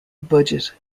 budget